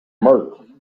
murder